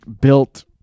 built